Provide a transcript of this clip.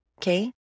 okay